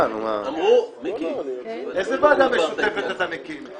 -- מיקי, איזו ועדה משותפת אתה מקים?